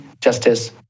justice